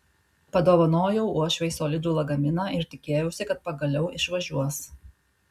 padovanojau uošvei solidų lagaminą ir tikėjausi kad pagaliau išvažiuos